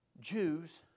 Jews